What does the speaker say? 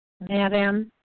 Madam